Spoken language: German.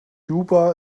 juba